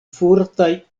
fortaj